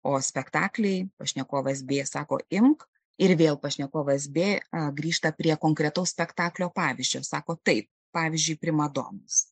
o spektakliai pašnekovas b sako imk ir vėl pašnekovas b grįžta prie konkretaus spektaklio pavyzdžiui sako taip pavyzdžiui primadonos